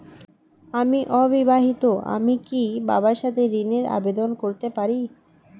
আমি অবিবাহিতা আমি কি বাবার সাথে ঋণের আবেদন করতে পারি?